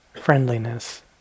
friendliness